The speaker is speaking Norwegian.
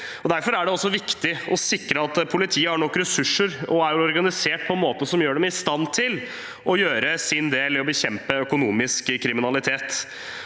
Derfor er det viktig å sikre at politiet har nok ressurser og er organisert på en måte som gjør dem i stand til å gjøre sin del for å bekjempe økonomisk kriminalitet.